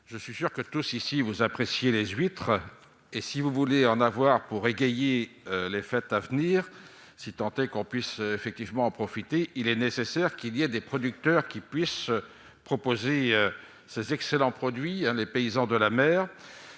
Je suis sûr que tous, ici, vous appréciez les huîtres et, si vous voulez en avoir pour égayer les fêtes à venir, si tant est que l'on puisse effectivement en profiter, il est nécessaire que des producteurs puissent proposer ces excellents produits. Les paysans de la mer,